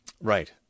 Right